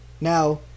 Now